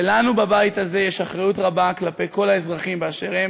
ולנו בבית הזה יש אחריות רבה כלפי כל האזרחים באשר הם.